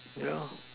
yeah